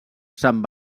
sant